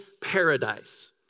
paradise